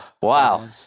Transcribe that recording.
Wow